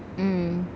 mm